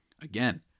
Again